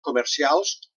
comercials